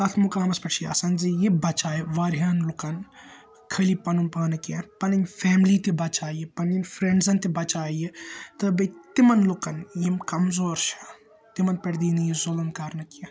تَتھ مُقامس پیٚٹھ چھُ آسان زِ یہِ بَچایہِ واریاہَن لوٗکَن خٲلی پَنُن پان نہٕ کیٚنٛہہ پَنٕنۍ فیملی تہِ بَچایہِ یہِ پَنٕنۍ فرِینٛڈزَن تہِ بَچایہِ یہِ تہٕ بیٚیہِ تِمَن لوٗکَن یِم کَمزور چھِ تِمَن پیٚٹھ دِی نہٕ یہِ ظُلُم کَرنہٕ کیٚنٛہہ